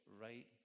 right